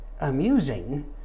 amusing